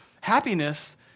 Happiness